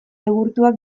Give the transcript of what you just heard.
egurtuak